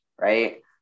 right